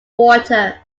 water